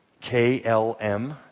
K-L-M